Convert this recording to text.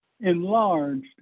enlarged